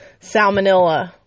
salmonella